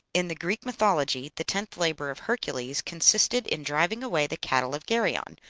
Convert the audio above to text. in the greek mythology the tenth labor of hercules consisted in driving away the cattle of geryon,